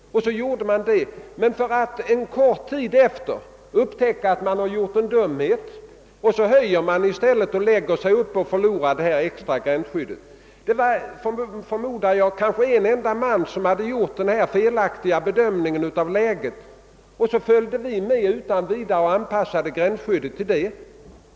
En kort tid därefter upptäckte man att man gjort en dumhet genom att lägga sig ett öre under gränsen, och då företog man i stället en prishöjning och förlorade det extra gränsskyddet. Det var, förmodar jag, en enda person som hade gjort den felaktiga bedömningen av läget, och vi följde med utan vidare och anpassade gränsskyddet härtill.